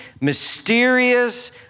mysterious